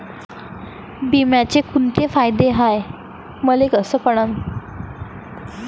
बिम्याचे कुंते फायदे हाय मले कस कळन?